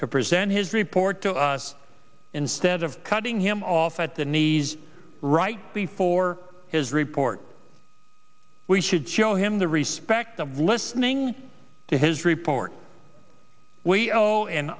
to present his report to us instead of cutting him off at the knees right before his report we should show him the respect of listening to his report we